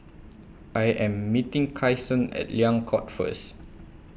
I Am meeting Kyson At Liang Court First